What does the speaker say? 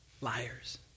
liars